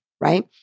right